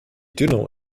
tunnel